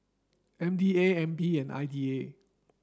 M B A N P and I D A